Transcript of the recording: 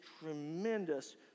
tremendous